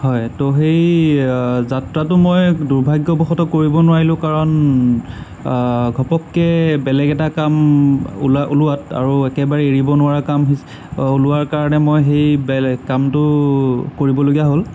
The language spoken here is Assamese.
হয় ত' সেই যাত্ৰাটো মই দুৰ্ভাগ্যবশতঃ কৰিব নোৱাৰিলো কাৰণ ঘপহকৈ বেলেগ এটা কাম ওলা ওলোৱাত আৰু একেবাৰে এৰিব নোৱাৰা কাম ওলোৱাৰ কাৰণে মই সেই বেলেগ কামটো কৰিবলগীয়া হ'ল